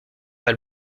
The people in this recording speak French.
pas